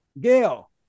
Gail